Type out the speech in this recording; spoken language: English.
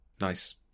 Nice